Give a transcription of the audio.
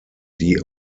die